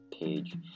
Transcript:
page